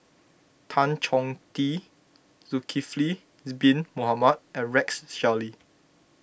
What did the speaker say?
Tan Choh Tee Zulkifli Bin Mohamed and Rex Shelley